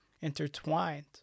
intertwined